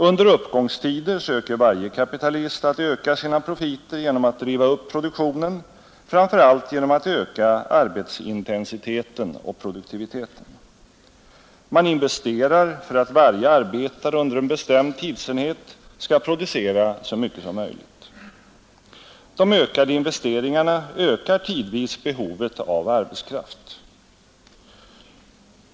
Under uppgångstider söker varje kapitalist att öka sina profiter genom att driva upp produktionen, framför allt genom att öka arbetsintensiteten och produktiviteten. Man investerar för att varje arbetare under en bestämd tidsenhet skall producera så mycket som möjligt. De ökade investeringarna ökar tidvis behovet av arbetskraft.